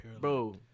Bro